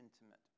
intimate